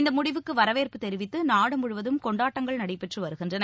இந்த முடிவுக்கு வரவேற்பு தெரிவித்து நாடு முழுவதும் கொண்டாட்டங்கள் நடைபெற்று வருகின்றன